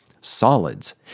Solids